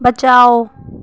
बचाओ